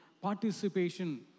participation